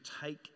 take